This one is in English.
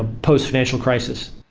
ah post-financial crisis